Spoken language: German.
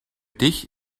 dich